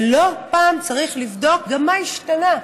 ולא פעם צריך לבדוק גם מה השתנה,